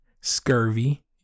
scurvy